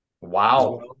Wow